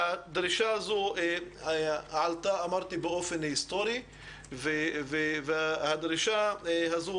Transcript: הדרישה הזו עלתה באופן היסטורי והדרישה הזו